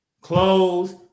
close